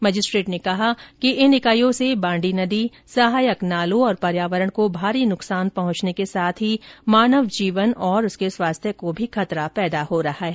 magistrate ने कहा कि इन इकाइयों से बांड़ी नदी सहायक नालों और पर्यावरण को भारी नुकसान पहुंचाने के साथ ही मानव जीवन और उसके स्वास्थ्य को भी खतरा पैदा हो रहा है